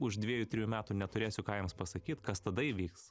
už dviejų trijų metų neturėsiu ką jiems pasakyt kas tada įvyks